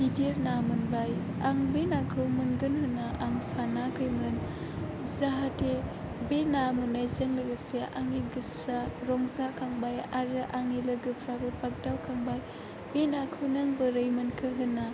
गिदिर ना मोनबाय आं बे नाखौ मोनगोन होनना आं सानाखैमोन बे ना मोननायजों लोगोसे आंनि गोसोआ रंजाखांबाय आरो आंनि लोगोफोराबो बाग्दावखांबाय बे नाखौ नों बोरै मोनखो होनना